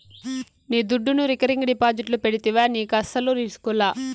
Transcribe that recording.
నీ దుడ్డును రికరింగ్ డిపాజిట్లు పెడితివా నీకస్సలు రిస్కులా